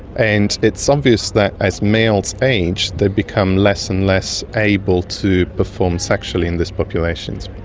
and it's obvious that as males age they become less and less able to perform sexually in these populations.